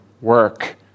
work